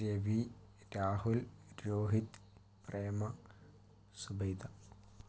Ravi Rahul Rohit Prema Subaida